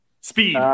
Speed